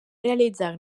realitzar